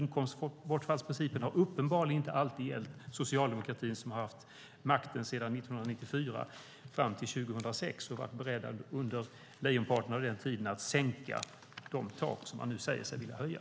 Inkomstbortfallsprincipen har uppenbarligen inte alltid gällt för socialdemokratin, som hade makten mellan 1994 och 2006 och under lejonparten av den tiden var beredd att sänka de tak som man nu säger sig vilja höja.